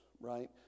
right